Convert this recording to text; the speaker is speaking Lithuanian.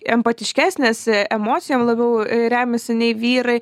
empatiškesnės emocijom labiau remiasi nei vyrai